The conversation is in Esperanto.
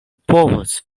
povos